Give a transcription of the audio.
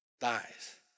dies